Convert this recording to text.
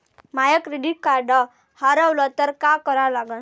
माय credit card हारवलं तर काय करा लागन?